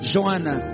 Joanna